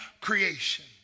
creation